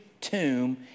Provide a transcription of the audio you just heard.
tomb